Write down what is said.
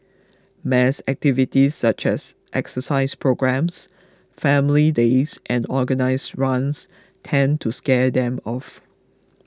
mass activities such as exercise programmes family days and organised runs tend to scare them off